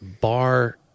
bar